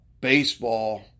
baseball